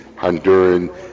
Honduran